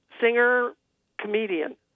singer-comedian